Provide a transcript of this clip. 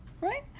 right